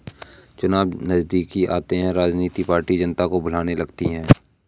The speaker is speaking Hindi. चुनाव नजदीक आते ही राजनीतिक पार्टियां जनता को लुभाने लगती है